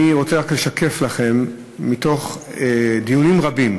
אני רוצה רק לשקף לכם מתוך דיונים רבים,